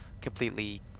completely